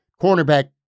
Cornerback